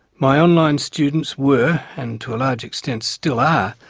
my online students were, and to a large extent still are,